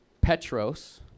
Petros